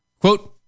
Quote